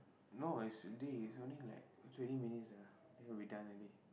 no it's dey it's only like twenty minutes ah then we done already